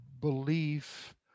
belief